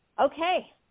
Okay